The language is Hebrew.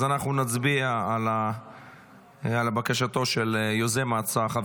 אז אנחנו נצביע על בקשתו של יוזם ההצעה חבר